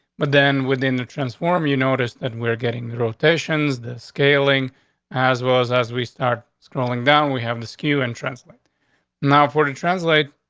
but then, within the transform, you noticed that and we're getting rotations, the scaling as well as as we start scrolling down, we have the skew and translate now, four to translate.